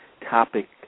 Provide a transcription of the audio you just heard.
topic